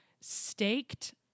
staked